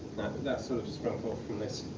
that sort of sprung forth from this.